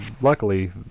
luckily